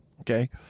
okay